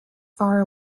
far